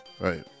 right